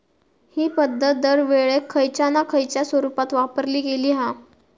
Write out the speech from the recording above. हि पध्दत दरवेळेक खयच्या ना खयच्या स्वरुपात वापरली गेली हा